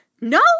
No